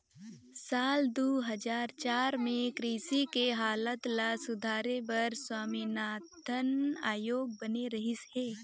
साल दू हजार चार में कृषि के हालत ल सुधारे बर स्वामीनाथन आयोग बने रहिस हे